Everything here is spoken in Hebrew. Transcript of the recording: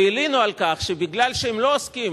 והלינו על כך שמכיוון שהם לא עוסקים